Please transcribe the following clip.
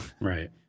Right